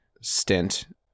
stint